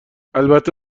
البته